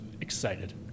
excited